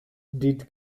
did